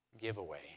giveaway